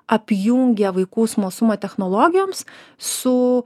apjungia vaikų smalsumą technologijoms su